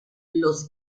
los